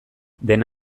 dena